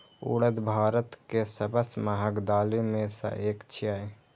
उड़द भारत के सबसं महग दालि मे सं एक छियै